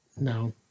no